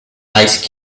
ice